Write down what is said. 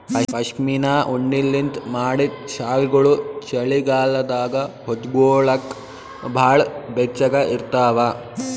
ಪಶ್ಮಿನಾ ಉಣ್ಣಿಲಿಂತ್ ಮಾಡಿದ್ದ್ ಶಾಲ್ಗೊಳು ಚಳಿಗಾಲದಾಗ ಹೊಚ್ಗೋಲಕ್ ಭಾಳ್ ಬೆಚ್ಚಗ ಇರ್ತಾವ